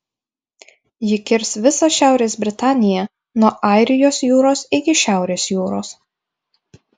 ji kirs visą šiaurės britaniją nuo airijos jūros iki šiaurės jūros